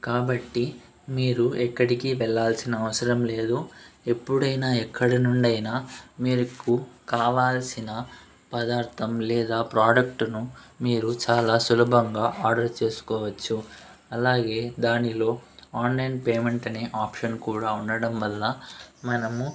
కాబట్టి మీరు ఎక్కడికి వెళ్ళాల్సిన అవసరం లేదు ఎప్పుడైనా ఎక్కడినుండి అయినా మీకు కావాల్సిన పదార్థం లేదా ప్రోడక్ట్ను మీరు చాలా సులభంగా ఆర్డర్ చేసుకోవచ్చు అలాగే దానిలో ఆన్లైన్ పేమెంట్ అనే ఆప్షన్ కూడా ఉండడం వల్ల మనము